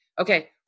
okay